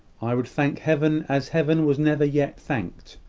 i would thank heaven as heaven was never yet thanked.